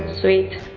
sweet